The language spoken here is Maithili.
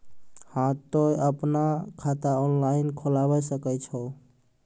हाँ तोय आपनो खाता ऑनलाइन खोलावे सकै छौ?